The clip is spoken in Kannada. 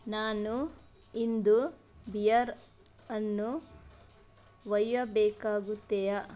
ನಾನು ಇಂದು ಬಿಯರನ್ನು ಒಯ್ಯಬೇಕಾಗುತ್ತೆಯಾ